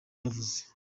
yavuze